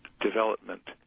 development